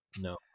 no